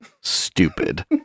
Stupid